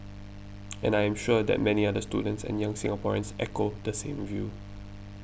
and I am sure that many other students and young Singaporeans echo the same view